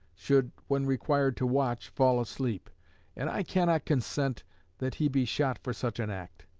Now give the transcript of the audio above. should, when required to watch, fall asleep and i cannot consent that he be shot for such an act.